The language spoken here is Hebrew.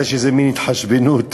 אז יש מין התחשבנות